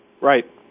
Right